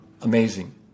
amazing